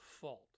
fault